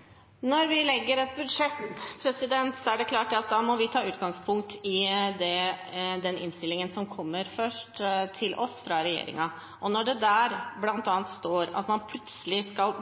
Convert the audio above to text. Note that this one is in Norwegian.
når inntektene kjem kanskje eitt–to år seinare? Når vi legger et budsjett, er det klart at vi må ta utgangspunkt i den budsjettproposisjonen fra regjeringen som kommer først til oss. Når det der bl.a. står at man plutselig skal